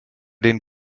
den